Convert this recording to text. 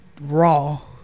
raw